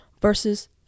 versus